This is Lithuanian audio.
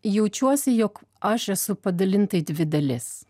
jaučiuosi jog aš esu padalinta į dvi dalis